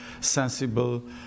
sensible